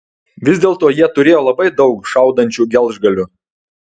vis dėlto jie turėjo labai daug šaudančių gelžgalių